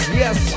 yes